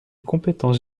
compétence